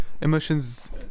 emotions